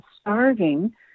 starving